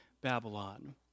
Babylon